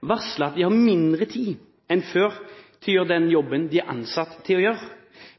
varsler at de har mindre tid enn før til å gjøre den jobben de er ansatt til å gjøre,